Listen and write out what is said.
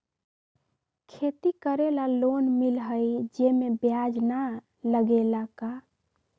खेती करे ला लोन मिलहई जे में ब्याज न लगेला का?